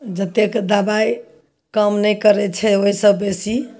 जतेक दबाइ काम नहि करैत छै ओहिसँ बेसी